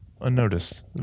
unnoticed